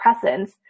presence